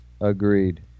Agreed